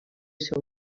ser